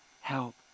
help